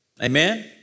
Amen